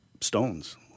stones